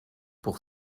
pour